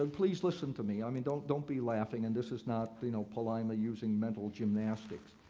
and please listen to me, i mean don't don't be laughing, and this is not you know palaima using mental gymnastics.